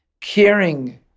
caring